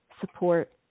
support